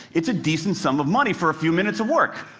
it's a decent sum of money for a few minutes of work.